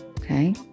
okay